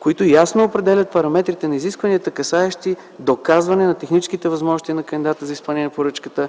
които ясно определят параметрите на изискванията, касаещи доказване на техническите възможности на кандидата за изпълнение на поръчката,